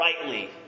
rightly